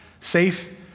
Safe